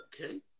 Okay